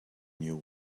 new